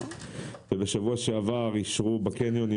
שבוע שעבר אישרו בקניונים,